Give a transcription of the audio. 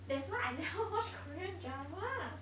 that's why I never watch korean drama